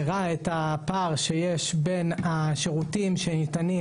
הראה את הפער שיש בין השירותים שניתנים